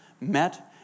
met